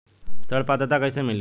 ऋण पात्रता कइसे मिली?